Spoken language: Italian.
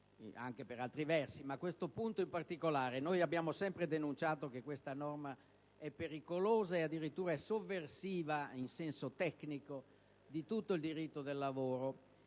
anche per altri versi, ma su questo punto in particolare. Noi abbiamo sempre denunciato che questa norma è pericolosa e addirittura sovversiva in senso tecnico di tutto il diritto del lavoro.